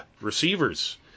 receivers